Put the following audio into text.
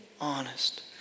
honest